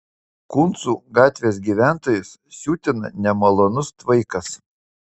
kuncų gatvės gyventojus siutina nemalonus tvaikas